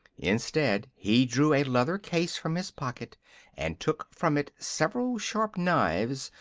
instead, he drew a leathern case from his pocket and took from it several sharp knives,